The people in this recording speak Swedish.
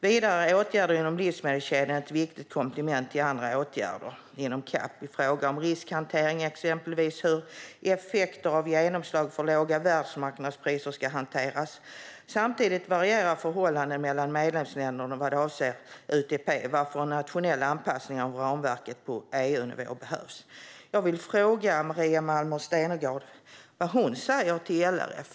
Vidare är åtgärder inom livsmedelskedjan ett viktigt komplement till andra åtgärder inom CAP i fråga om riskhantering. Det gäller exempelvis hur effekter av genomslag för låga världsmarknadspriset ska hanteras. Samtidigt varierar förhållandena mellan medlemsländerna vad avser UTP, varför en nationell anpassning av ramverk på EU-nivå behövs. Jag vill fråga Maria Malmer Stenergard vad hon säger till LRF.